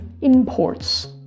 imports